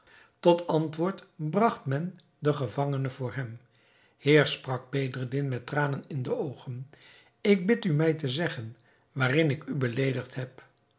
tot antwoord bragt men den gevangene voor hem heer sprak bedreddin met tranen in de oogen ik bid u mij te zeggen waarin ik u beleedigd heb